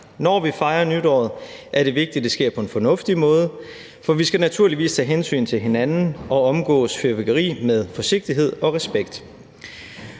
Når vi fejrer nytåret, er det vigtigt, at det sker på en fornuftig måde, for vi skal naturligvis tage hensyn til hinanden og omgås fyrværkeri med forsigtighed og respekt.